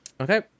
Okay